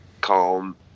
calm